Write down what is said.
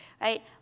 right